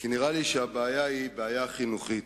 כי נראה לי שהבעיה היא בעיה חינוכית.